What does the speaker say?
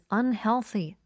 unhealthy